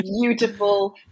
beautiful